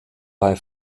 bei